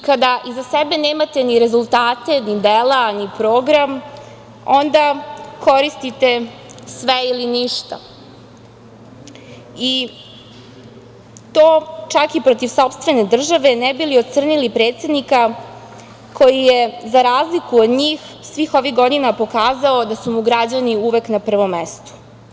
Kada iza sebe nemate ni rezultate, ni dela, ni program, onda koristite sve ili ništa, i to čak i protiv sopstvene države ne bi li ocrnili predsednika koji je za razliku od njih svih ovih godina pokazao da su mu građani uvek na prvom mestu.